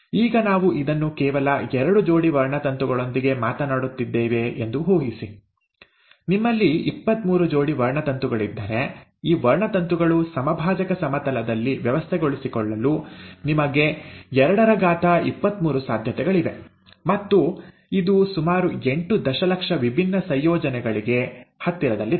ಈಗ ನಾವು ಇದನ್ನು ಕೇವಲ ಎರಡು ಜೋಡಿ ವರ್ಣತಂತುಗಳೊಂದಿಗೆ ಮಾತನಾಡುತ್ತಿದ್ದೇವೆ ಎಂದು ಊಹಿಸಿ ನಿಮ್ಮಲ್ಲಿ ಇಪ್ಪತ್ಮೂರು ಜೋಡಿ ವರ್ಣತಂತುಗಳಿದ್ದರೆ ಈ ವರ್ಣತಂತುಗಳು ಸಮಭಾಜಕ ಸಮತಲದಲ್ಲಿ ವ್ಯವಸ್ಥೆಗೊಳಿಸಿಕೊಳ್ಳಲು ನಿಮಗೆ 223 ಸಾಧ್ಯತೆಗಳಿವೆ ಮತ್ತು ಇದು ಸುಮಾರು ಎಂಟು ದಶಲಕ್ಷ ವಿಭಿನ್ನ ಸಂಯೋಜನೆಗಳಿಗೆ ಹತ್ತಿರದಲ್ಲಿದೆ